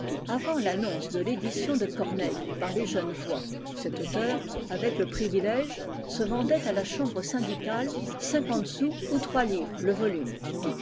avant l'annonce de l'édition de corneille par les genevois cet auteur avec le privilège se vendait à la chambre syndicale cinquante sous ou trois livres le volume